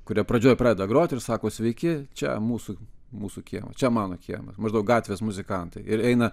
kuri pradžioj pradeda groti ir sako sveiki čia mūsų mūsų kiemas čia mano kiemas maždaug gatvės muzikantai ir eina